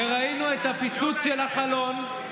ראינו את הפיצוץ של החלון.